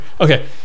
Okay